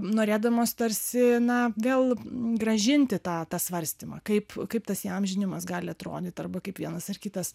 norėdamos tarsi na vėl grąžinti tą tą svarstymą kaip kaip tas įamžinimas gali atrodyti arba kaip vienas ar kitas